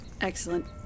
Excellent